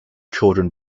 children